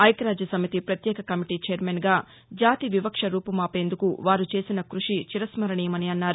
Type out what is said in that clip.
ఐక్యరాజ్యసమితి పత్యేక కమిటీ చైర్మన్గా జాతివివక్ష రూపుమాపేందుకు వారుచేసిన కృషి చిరస్మరణీయమన్నారు